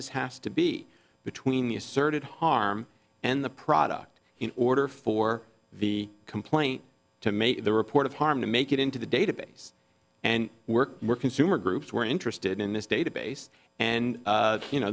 us has to be between the asserted harm and the product in order for the complaint to make the report of harm to make it into the database and work more consumer groups were interested in this database and you know